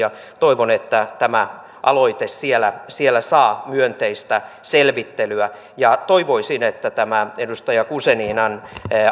toivon että tämä aloite siellä siellä saa myönteistä selvittelyä ja toivoisin että tämä edustaja guzeninan